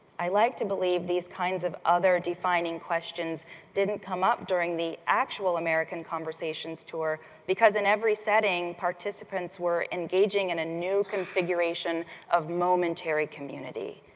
i like to believe these kinds of other-defining questions didn't come up during the actual american conversations tour because, in every setting, participants were engaging in a new configuration of momentary community.